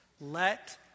Let